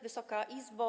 Wysoka Izbo!